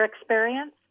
experience